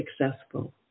successful